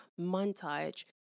montage